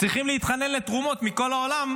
צריכות להתחנן לתרומות מכל העולם,